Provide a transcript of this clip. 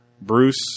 Bruce